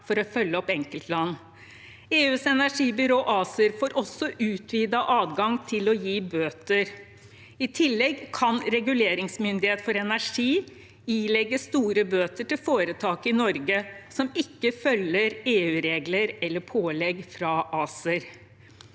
for å følge opp enkeltland. EUs energibyrå, ACER, får også utvidet adgang til å gi bøter. I tillegg kan Reguleringsmyndighet for energi ilegge store bøter til foretak i Norge som ikke følger EU-regler eller pålegg fra ACER.